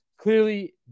Clearly